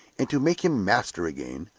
and to make him master again,